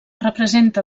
representa